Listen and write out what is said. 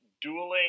dueling